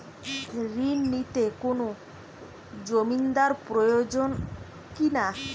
ঋণ নিতে কোনো জমিন্দার প্রয়োজন কি না?